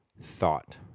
thought